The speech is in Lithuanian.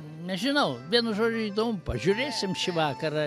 nežinau vienu žodžiu įdomu pažiūrėsim šį vakarą